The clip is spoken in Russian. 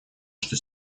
что